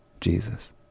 Jesus